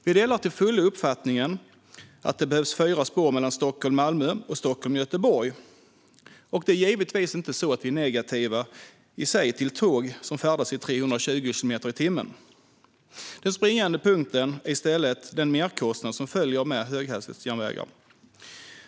Vi delar till fullo uppfattningen att det behövs fyra spår Stockholm-Malmö och Stockholm-Göteborg, och det är givetvis inte så att vi är negativa i sig till tåg som färdas i 320 kilometer i timmen. Den springande punkten är i stället den merkostnad som följer med höghastighetsjärnvägar.